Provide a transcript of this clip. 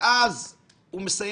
האם זה היה הסלע?